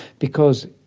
because,